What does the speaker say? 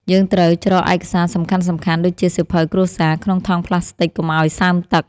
យើងត្រូវច្រកឯកសារសំខាន់ៗដូចជាសៀវភៅគ្រួសារក្នុងថង់ប្លាស្ទិកកុំឱ្យសើមទឹក។